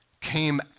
came